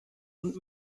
und